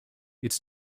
its